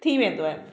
थी वेंदो आहे